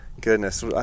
goodness